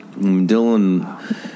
Dylan